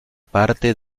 parte